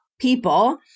people